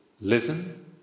listen